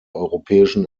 europäischen